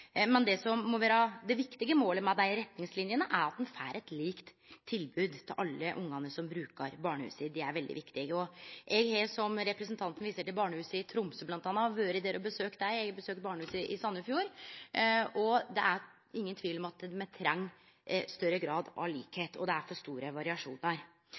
Men det som må vere det viktige målet med dei retningslinjene, er at ein får eit likt tilbod til alle ungane som brukar barnehusa. Det er veldig viktig. Representanten viser til bl.a. barnehuset i Tromsø. Eg har vore der og besøkt dei, eg har besøkt barnehuset i Sandefjord, og det er ingen tvil om at me treng større grad av likskap, og at det er for store variasjonar.